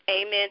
Amen